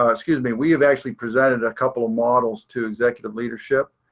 um excuse me, we have actually presented a couple of models to executive leadership.